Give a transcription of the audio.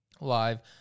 live